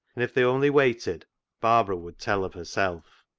and if they only waited barbara would tell of herself.